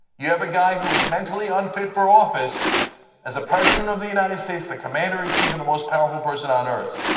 you have a guy who is mentally unfit for office as the president of the united states, the commander-in-chief, and the most powerful person on earth.